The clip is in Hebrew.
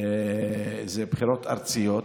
הן בחירות ארציות,